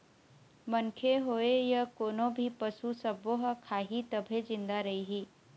मनखे होए य कोनो भी पसू सब्बो ह खाही तभे जिंदा रइही